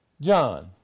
John